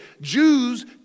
Jews